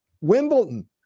wimbledon